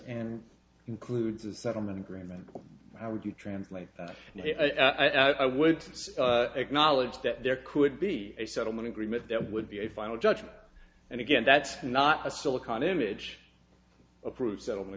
and includes a settlement agreement how would you translate that i would acknowledge that there could be a settlement agreement that would be a final judgment and again that's not a silicon image approved settlement